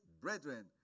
brethren